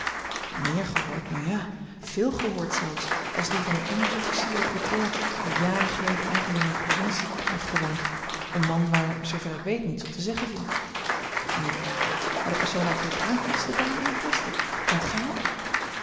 meer gehoord nu ja veel gehoord zelfs als die van een engelsch officier op retraite die jaren geleden ergens in mijne provincie heeft gewoond een man waar zoover ik weet niets op te zeggen viel nu ja maar de persoon waar t hier op aankomt is de dame in kwestie kent gij haar